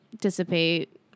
dissipate